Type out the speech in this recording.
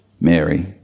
Mary